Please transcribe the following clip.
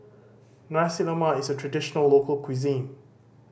Nasi Lemak is a traditional local cuisine